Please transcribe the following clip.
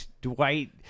Dwight